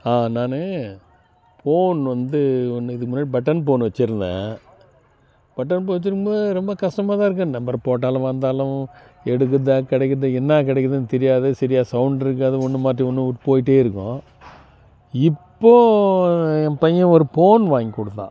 ஆ நான் போன் வந்து ஒன்று இதுக்கு முன்னாடி பட்டன் போன் வச்சுருந்தேன் பட்டன் போன் வச்சுருக்கும்போது ரொம்ப கஸ்டமாக தான் இருக்கு நம்பர் போட்டாலும் வந்தாலும் எடுக்குதா கிடைக்கிறதோ என்ன கிடைக்குதுன்னு தெரியாது சரியா சவுண்ட் இருக்காது ஒன்று மாற்றி ஒன்று போயிகிட்டே இருக்கும் இப்போ என் பையன் ஒரு போன் வாங்கி கொடுத்தான்